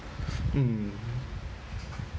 mm